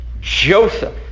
Joseph